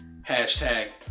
Hashtag